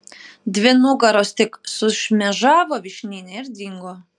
dvi nugaros tik sušmėžavo vyšnyne ir dingo